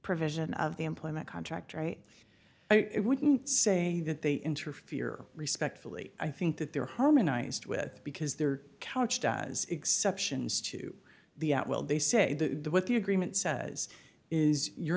provision of the employment contract right now it wouldn't say that they interfere respectfully i think that there harmonized with because their couch does exceptions to the at will they say the with the agreement says is your